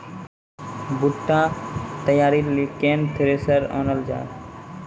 बूटा तैयारी ली केन थ्रेसर आनलऽ जाए?